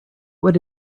would